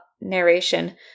narration